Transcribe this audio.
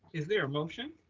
is there a motion?